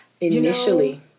initially